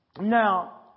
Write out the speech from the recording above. now